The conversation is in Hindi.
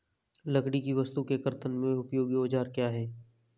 लकड़ी की वस्तु के कर्तन में उपयोगी औजार क्या हैं?